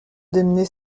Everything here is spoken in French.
démenait